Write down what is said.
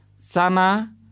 Sana